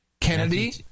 Kennedy